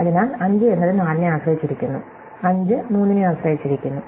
അതിനാൽ 5 എന്നത് 4 നെ ആശ്രയിച്ചിരിക്കുന്നു 5 3 നെ ആശ്രയിച്ചിരിക്കുന്നു